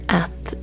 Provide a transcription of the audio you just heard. att